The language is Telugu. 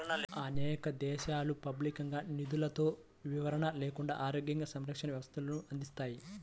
అనేక దేశాలు పబ్లిక్గా నిధులతో విరమణ లేదా ఆరోగ్య సంరక్షణ వ్యవస్థలను అందిస్తాయి